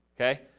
okay